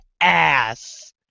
ass